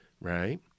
right